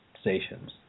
stations